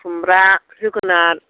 खुमब्रा जोगोनार